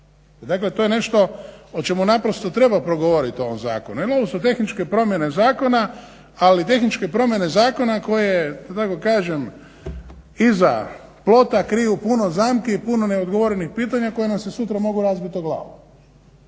Dakle to je nešto o čemu naprosto treba progovorit u ovom zakonu jer ovo su tehničke promjene zakona, ali tehničke promjene zakona koje da tako kažem iza plota kriju puno zamki i puno neodgovorenih pitanja koja nam se sutra mogu razbit o glavu.